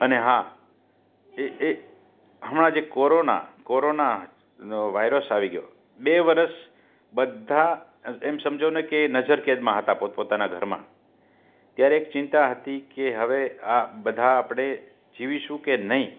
અને હા એ એ હમણાં જે કોરોના કોરોનાનો વાયરસ આવી ગયો બે વરસ બધા એમ સમજોને કે એ નજર કેદમાં હતા પોતપોતાના ઘરમાં ત્યારે એક ચિંતા હતી કે હવે આ બધા આપણે જીવીશું કે નહીં